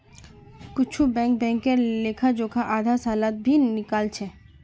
कुछु बैंक बैंकेर लेखा जोखा आधा सालत भी निकला छ